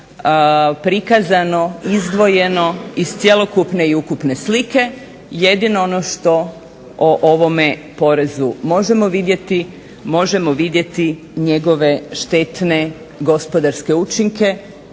prikazano, izdvojeno iz cjelokupne i ukupne slike, jedino ono što o ovome porezu možemo vidjeti, možemo vidjeti njegove štetne gospodarske učinke